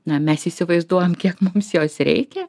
nu mes įsivaizduojam kiek mums jos reikia